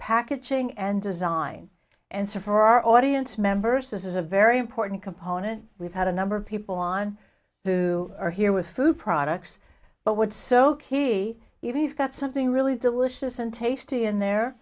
packaging and design answer for our audience members this is a very important component we've had a number of people on who are here with food products but would soak he even got something really delicious and tasty in there